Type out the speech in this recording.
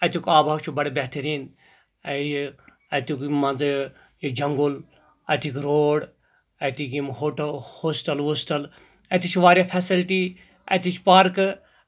اَتیُک آب و ہوا چھُ بَڑٕ بہتٔریٖن یہِ اَتیُک منٛزٕ یہِ جنٛگُل اَتیُک روڑ اَتیُک یِم ہوٹل ہوسٹل اَتہِ چھِ واریاہ فیسلٹی اَتِچ پارکہٕ